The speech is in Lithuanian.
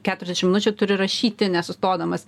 keturiasdešim minučių turi rašyti nesustodamas